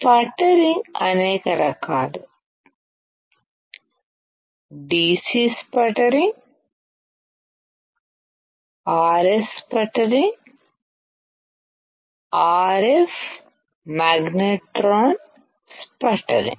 sputtering అనేక రకాలు DC sputtering RS sputtering RF magnetron sputtering